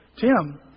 Tim